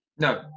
No